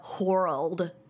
world